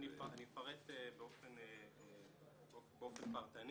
אני אתאר באופן פרטני.